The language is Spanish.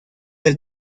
del